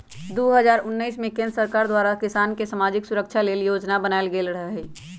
दू हज़ार उनइस में केंद्र सरकार द्वारा किसान के समाजिक सुरक्षा लेल जोजना बनाएल गेल रहई